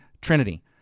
Trinity